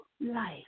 life